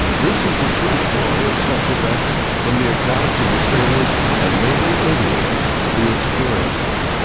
this is a true story of such events from the accounts of the sailors and naval aviators who experienced them,